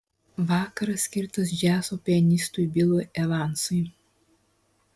vakaras skirtas džiazo pianistui bilui evansui